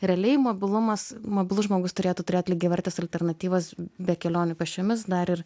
realiai mobilumas mobilus žmogus turėtų turėt lygiavertes alternatyvas be kelionių pėsčiomis dar ir